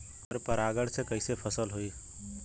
पर परागण से कईसे फसल होई?